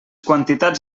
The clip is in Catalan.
quantitats